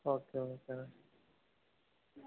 okay okay